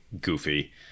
goofy